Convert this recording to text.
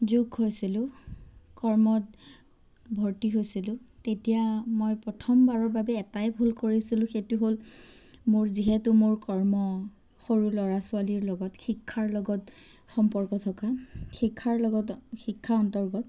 যোগ হৈছিলো কৰ্মত ভৰ্তি হৈছিলো তেতিয়া মই প্ৰথমবাৰৰ বাবে এটাই ভুল কৰিছিলো সেইটো হ'ল মোৰ যিহেতু মোৰ কৰ্ম সৰু ল'ৰা ছোৱালীৰ লগত শিক্ষাৰ লগত সম্পৰ্ক থকা শিক্ষাৰ লগতে শিক্ষাৰ অন্তৰ্গত